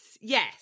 Yes